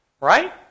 right